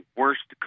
worst